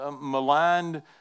maligned